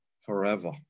forever